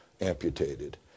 amputated